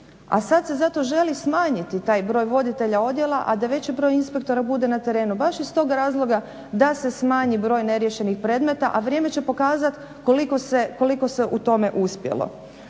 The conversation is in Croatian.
A sad se zato želi smanjiti taj broj voditelja odjela, a da veći broj inspektora bude na terenu baš iz tog razloga da se smanji broj neriješenih predmeta. A vrijeme će pokazati koliko se u tome uspjelo.